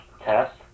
Test